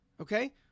Okay